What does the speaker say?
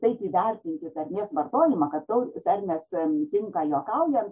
taip įvertinti tarmės vartojimą kad toj permesti tinka juokaujant